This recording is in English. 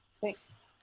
Thanks